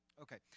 Okay